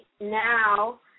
now